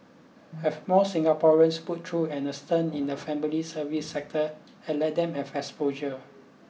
have more Singaporeans put through a stint in the family service sector and let them have exposure